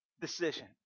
decision